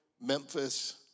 Memphis